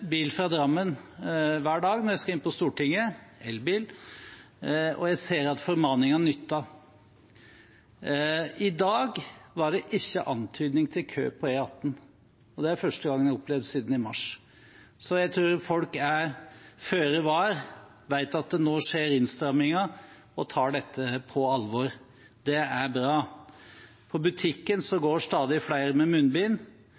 bil fra Drammen hver dag når jeg skal inn på Stortinget – elbil – og jeg ser at formaningene nytter. I dag var det ikke antydning til kø på E18. Det er første gang jeg har opplevd siden mars. Jeg tror folk er føre var, vet at det nå er innstramminger, og tar dette på alvor. Det er bra. På butikken går stadig flere med munnbind,